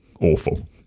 awful